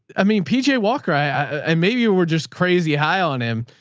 i mean, pj walker, i, i, maybe you were just crazy high on him.